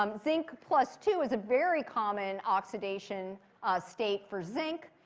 um zinc plus two is a very common oxidation state for zinc.